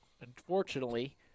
unfortunately